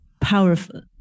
powerful